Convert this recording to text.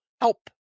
Help